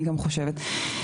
אני חושבת.